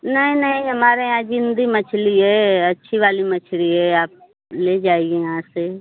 नहीं नहीं हमारे यहाँ जिन्दी मछली है अच्छी वाली मछली है आप ले जाइए यहाँ से